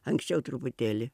anksčiau truputėlį